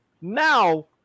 Now